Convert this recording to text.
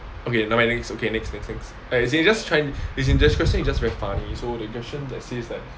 okay never mind next okay next next next as in just try~ there's this question just very funny so the question that says like